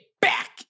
back